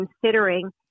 considering